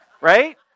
Right